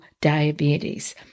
diabetes